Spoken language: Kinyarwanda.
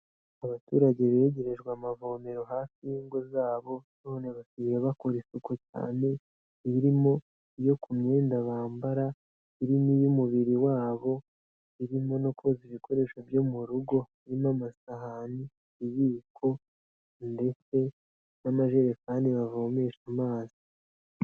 Abaturage begerejwe amavomero hafi y'ingo zabo none basigaye bakora isuku cyane, irimo iyo ku myenda bambara, irimo n'iy'umubiri wabo, irimo no koza ibikoresho byo mu rugo birimo amasahani, ibiyiko ndetse n'amajerekani bavomesha amazi.